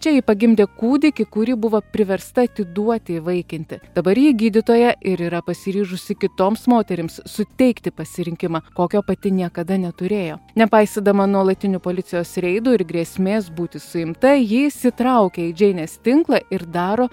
čia ji pagimdė kūdikį kurį buvo priversta atiduoti įvaikinti dabar ji gydytoja ir yra pasiryžusi kitoms moterims suteikti pasirinkimą kokio pati niekada neturėjo nepaisydama nuolatinių policijos reidų ir grėsmės būti suimta ji įsitraukia į džeinės tinklą ir daro